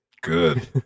Good